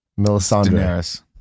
Melisandre